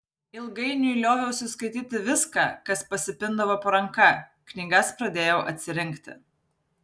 ilgainiui lioviausi skaityti viską kas pasipindavo po ranka knygas pradėjau atsirinkti